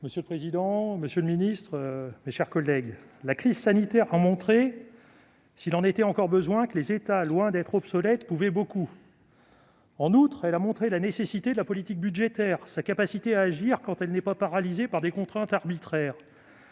Monsieur le président, monsieur le secrétaire d'État, mes chers collègues, la crise sanitaire a montré, s'il en était encore besoin, que les États, loin d'être obsolètes, pouvaient beaucoup. En outre, elle a montré la nécessité et l'efficacité de la politique budgétaire, quand cette dernière n'est pas paralysée par des contraintes arbitraires.